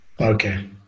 Okay